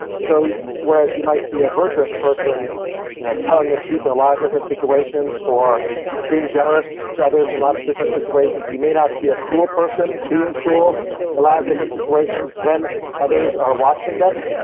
so, whereas you might see a virtuous person you know telling the truth in a lot of different situations, or being generous to others in and lots of different situations, you may not see a cruel person being cruel in a lot of different situations when others are watching them,